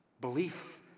belief